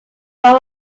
from